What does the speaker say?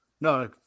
No